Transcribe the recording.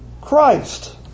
Christ